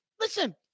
listen